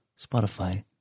Spotify